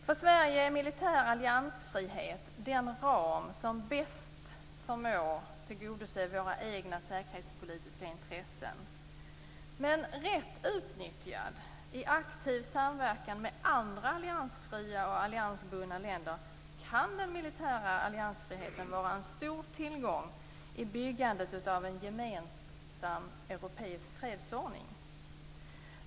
För Sverige är militär alliansfrihet den ram som bäst förmår tillgodose landets egna säkerhetspolitiska intressen. Men rätt utnyttjad, i aktiv samverkan med andra alliansfria och alliansbundna länder, kan den militära alliansfriheten vara en stor tillgång i byggandet av en gemensam europeisk fredsordning.